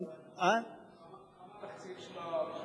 כמה התקציב של, ?